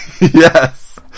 Yes